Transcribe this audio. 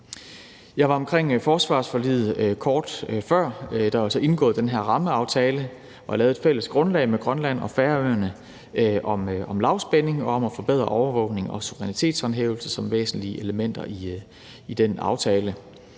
Jeg var kort omkring forsvarsforliget før. Der er altså indgået den her rammeaftale og lavet et fælles grundlag med Grønland og Færøerne med lavspænding og at forbedre overvågning og suverænitetshåndhævelse som væsentlige elementer i den aftale.